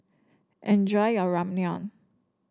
enjoy your Ramyeon